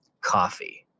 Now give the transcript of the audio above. Coffee